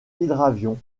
hydravion